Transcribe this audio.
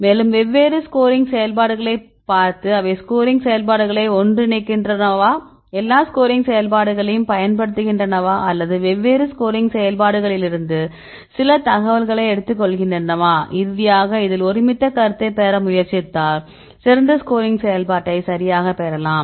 மேலும் வெவ்வேறு ஸ்கோரிங் செயல்பாடுகளைப் பார்த்து அவை ஸ்கோரிங் செயல்பாடுகளை ஒன்றிணைக்கின்றனவா எல்லா ஸ்கோரிங் செயல்பாடுகளையும் பயன்படுத்துகின்றனவா அல்லது வெவ்வேறு ஸ்கோரிங் செயல்பாடுகளிலிருந்து சில தகவல்களை எடுத்துக்கொள்கின்றனவா இறுதியாக இதில் ஒருமித்த கருத்தை பெற முயற்சித்தால் சிறந்த ஸ்கோரிங் செயல்பாட்டை சரியாகப் பெறலாம்